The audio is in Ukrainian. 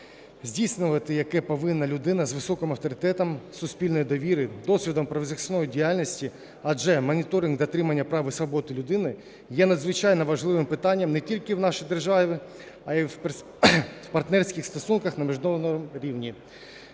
здійснювати яке повинна людина з високим авторитетом суспільної довіри, досвідом правозахисної діяльності, адже моніторинг дотримання прав і свобод людини є надзвичайно важливим питанням не тільки в нашій державі, а і в партнерських стосунках на міжнародному рівні.